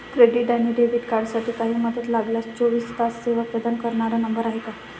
Credit आणि debit कार्डसाठी काही मदत लागल्यास चोवीस तास सेवा प्रदान करणारा नंबर आहे का?